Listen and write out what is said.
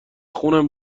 خونم